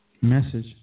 Message